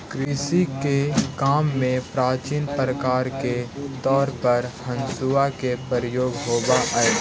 कृषि के काम में प्राचीन उपकरण के तौर पर हँसुआ के प्रयोग होवऽ हई